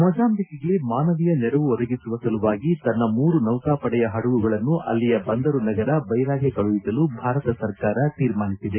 ಮೊಝಾಂಬಿಕ್ಗೆ ಮಾನವೀಯ ನೆರವು ಒದಗಿಸುವ ಸಲುವಾಗಿ ತನ್ನ ಮೂರು ನೌಕಾಪಡೆಯ ಪಡಗುಗಳನ್ನು ಅಲ್ಲಿಯ ಬಂದರು ನಗರ ಬೈರಾಗೆ ಕಳುಹಿಸಲು ಭಾರತ ಸರ್ಕಾರ ತೀರ್ಮಾನಿಸಿದೆ